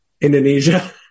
Indonesia